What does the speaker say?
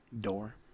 door